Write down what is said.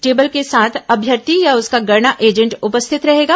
table के साथ अभ्यर्थी या उसका गणना एजेंट उपस्थित रहेगा